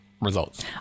results